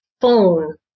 phone